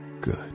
good